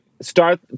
start